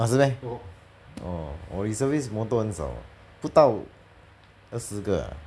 ah 是 meh oh 我 reservist motor 很少不到二十个